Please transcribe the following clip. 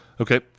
Okay